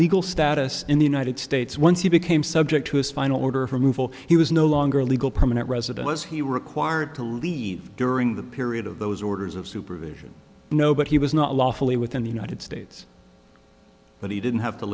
legal status in the united states once he became subject to his final order for move will he was no longer a legal permanent resident was he required to leave during the period of those orders of supervision no but he was not lawfully within the united states but he didn't have to